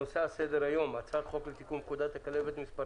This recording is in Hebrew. הנושא על סדר היום: הצעת חוק לתיקון פקודת הכלבת (מס'